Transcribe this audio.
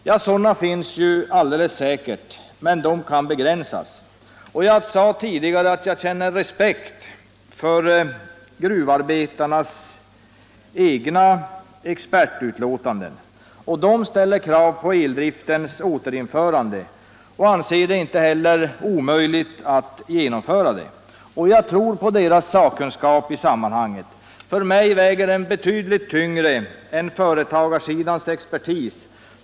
Ja, sådana finns alldeles säkert men de kan begränsas. Jag sade tidigare att jag känner respeki för gruvarbetarnas egna expertutlåtanden, och i dessa ställs krav på återinförande av eldriften. Man anser det inte omöjligt att genomföra detta. Jag tror på deras sakkunskap i sammanhanget. För mig väger den betydligt tyngre än företagarsidans expertis.